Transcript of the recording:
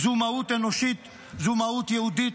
זו מהות אנושית, זו מהות יהודית,